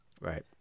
Right